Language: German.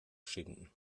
schinden